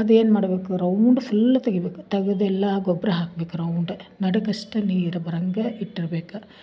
ಅದು ಏನ್ಮಾಡಬೇಕು round full ತೆಗಿಬೇಕು ತೆಗ್ದು ಎಲ್ಲಾ ಗೊಬ್ಬರ ಹಾಕ್ಬೇಕು ರೌಂಡ್ ನಡುಕಷ್ಟೆ ನೀರು ಬರಂಗೆ ಇಟ್ಟಿರ್ಬೇಕು